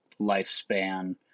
lifespan